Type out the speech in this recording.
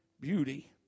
Beauty